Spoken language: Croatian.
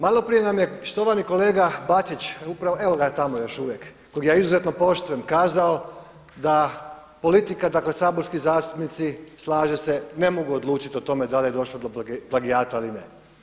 Malo prije nam je štovani kolega Bačić, evo ga tamo još uvijek, kog ja izuzetno poštujem kazao da politika, dakle saborski zastupnici slažem se ne mogu odlučit o tome da li je došlo do plagijata ili ne.